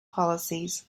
policies